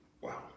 Wow